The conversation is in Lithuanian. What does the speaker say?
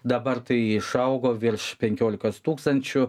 dabar tai išaugo virš penkiolikos tūkstančių